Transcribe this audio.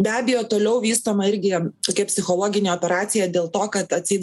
be abejo toliau vystoma irgi tokia psichologinė operacija dėl to kad atseit